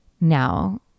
Now